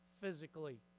physically